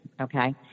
Okay